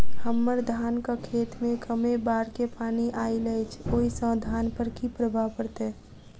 हम्मर धानक खेत मे कमे बाढ़ केँ पानि आइल अछि, ओय सँ धान पर की प्रभाव पड़तै?